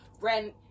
Rent